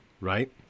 right